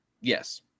Yes